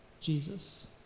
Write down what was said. Jesus